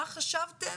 מה חשבתם,